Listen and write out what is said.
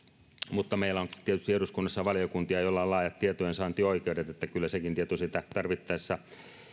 mutta meillä on tietysti eduskunnassa valiokuntia joilla on laajat tietojensaantioikeudet että kyllä sekin tieto tarvittaessa